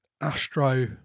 Astro